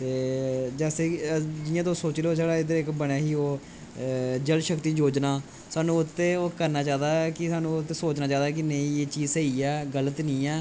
ते जैसे कि जियां तुस सोची लो साढ़े इधर बनेआ ही ओह् जल शक्ति जोजना साह्नू उदे ते साह्नू उ'दे ते सोचना चाहिदा कि नेई एह् चीज सेही ऐ